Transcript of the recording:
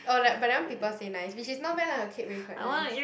oh like but then people say nice which is not bad lah her cake really quite nice